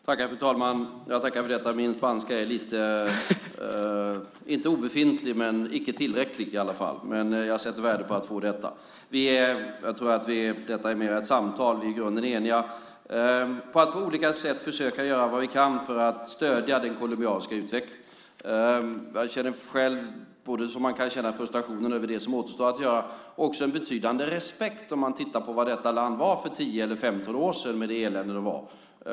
Fru talman! Jag tackar för detta. Min spanska är inte obefintlig, men icke tillräcklig, men jag sätter värde på att få detta. Detta är mer ett samtal; vi är i grunden eniga. Vi ska på olika sätt försöka göra vad vi kan för att stödja den colombianska utvecklingen. Jag känner själv frustration över det som återstår att göra, men också en betydande respekt, när jag tittar på vad detta land var för 10 eller 15 år sedan, med det elände som var då.